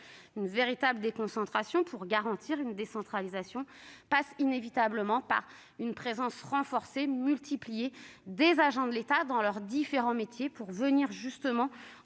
Une véritable déconcentration, susceptible de garantir une décentralisation, suppose inévitablement une présence renforcée, multipliée, des agents de l'État dans leurs différents métiers afin de soutenir